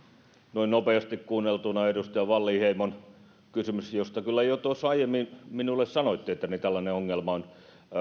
noin nopeasti kuunneltuna edustaja wallinheimon kysymyksestä jo tuossa aiemmin minulle sanoitte että tällainen ongelma on ja